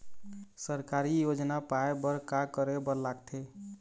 सरकारी योजना पाए बर का करे बर लागथे?